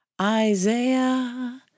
Isaiah